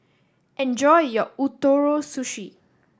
enjoy your Ootoro Sushi